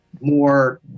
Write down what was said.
more